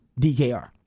DKR